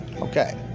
Okay